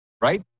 Right